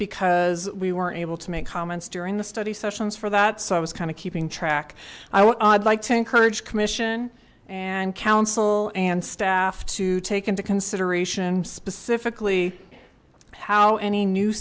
because we weren't able to make comments during the study sessions for that so i was kind of keeping track i would like to encourage commission and council and staff to take into consideration specifically how any new